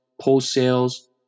post-sales